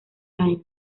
times